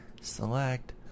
Select